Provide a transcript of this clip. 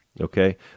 Okay